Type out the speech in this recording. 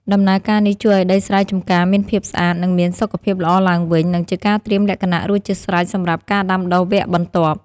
ដំណើរការនេះជួយឱ្យដីស្រែចម្ការមានភាពស្អាត និងមានសុខភាពល្អឡើងវិញ និងជាការត្រៀមលក្ខណៈរួចជាស្រេចសម្រាប់ការដាំដុះវគ្គបន្ទាប់។